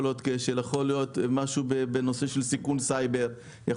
יכול להיות משהו בנושא של סיכון סייבר,